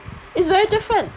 it's very different